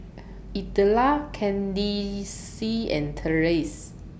Idella Candyce and Terence